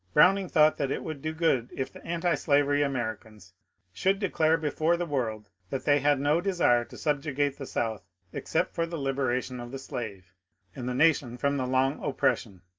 browning thought that it would do good if the antislavery americans should declare before the world that they had no desire to subjugate the south except for the liberation of the slave and the nation from the long oppression.